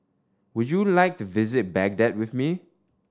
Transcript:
would you like to visit Baghdad with me